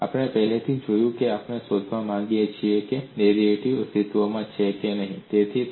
અને આપણે પહેલેથી જ કહ્યું છે કે આપણે શોધવા માંગીએ છીએ કે ડેરિવેટિવ અસ્તિત્વમાં છે કે નહીં